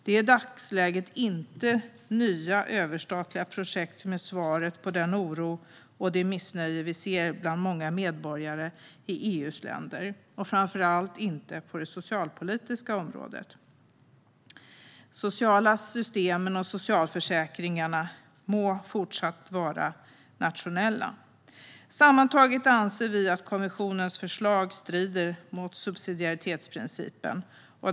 Det är i dagsläget inte nya överstatliga projekt som är svaret på den oro och det missnöje vi ser bland många medborgare i EU:s länder, framför allt inte på det socialpolitiska området. De sociala systemen och socialförsäkringarna bör fortsätta att vara nationella. Sammantaget anser vi att kommissionens förslag strider mot subsidiaritetsprincipen.